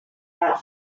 that